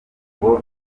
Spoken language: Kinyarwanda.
ngo